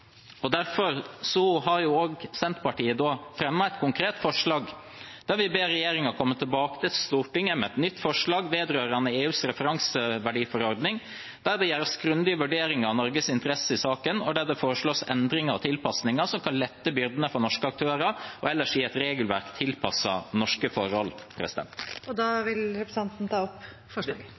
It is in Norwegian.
Senterpartiet fremmet et konkret forslag, der vi «ber regjeringen komme tilbake til Stortinget med et nytt forslag vedrørende EUs referanseverdiforordning der det gjøres grundige vurderinger av Norges interesser i saken og der det foreslås endringer og tilpasninger som kan lette byrdene for norske aktører og ellers gi et regelverk tilpasset norske forhold». Jeg vil ta opp det forslaget jeg refererte. Representanten Sigbjørn Gjelsvik har tatt opp